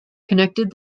connected